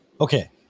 Okay